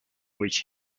which